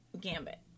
gambit